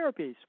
therapies